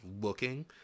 looking